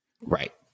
Right